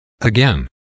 Again